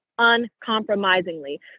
uncompromisingly